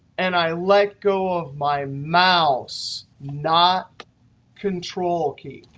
and i let go of my mouse not control key.